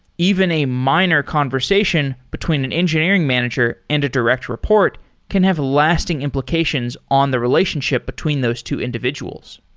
even a minor conversation between an engineering manager and a direct report can have lasting implications on the relationship between those two individuals.